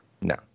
No